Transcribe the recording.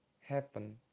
happen